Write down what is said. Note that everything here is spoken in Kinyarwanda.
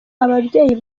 ababyeyi